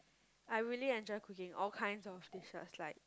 I really enjoy cooking all kinds of dishes like